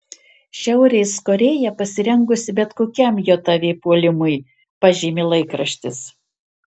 šiaurės korėja pasirengusi bet kokiam jav puolimui pažymi laikraštis